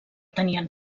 tenien